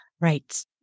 Right